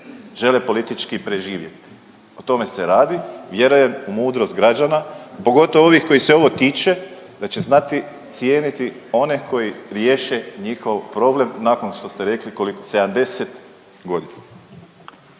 Žele politički preživjeti o tome se radi, vjerujem u mudrost građana pogotovo ovih koji se ovo tiče da će znati cijeniti one koji riješe njihov problem nakon što ste rekli koliko 70 godina.